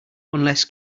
unless